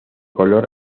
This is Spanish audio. color